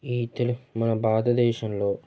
ఈ తెలుగ్ మన భారతదేశంలో